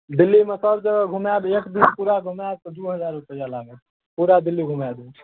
दिल्लीमे सब जगह घुमाएब एक दिन पूरा घुमाएब तऽ दुइ हजार रुपैआ लागत पूरा दिल्ली घुमा देब